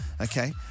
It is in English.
Okay